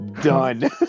done